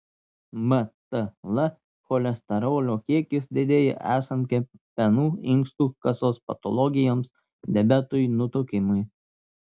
mtl cholesterolio kiekis didėja esant kepenų inkstų kasos patologijoms diabetui nutukimui